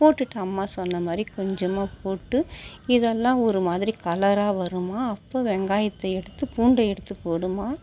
போட்டுட்டேன் அம்மா சொன்னமாதிரி கொஞ்சமாக போட்டு இதெல்லாம் ஒரு மாதிரி கலராக வரும்மா அப்போது வெங்காயத்தை எடுத்து பூண்டை எடுத்து போடும்மா